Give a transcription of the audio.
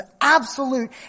absolute